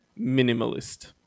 minimalist